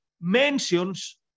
mentions